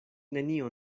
nenio